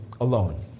alone